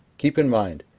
keep in mind,